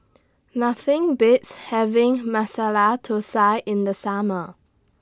Nothing Beats having Masala Thosai in The Summer